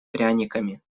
пряниками